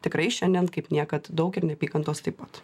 tikrai šiandien kaip niekad daug ir neapykantos taip pat